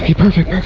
perfect